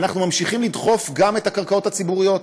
אנחנו ממשיכים לדחוף גם את הקרקעות הציבוריות.